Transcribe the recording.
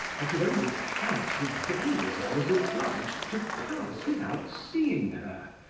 i could only count the days i was obliged to pass without seeing her,